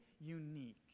unique